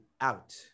out